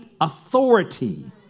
authority